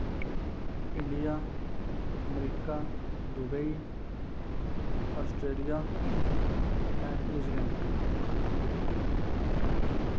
India America Dubai Australia New Zealand